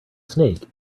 snake